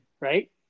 right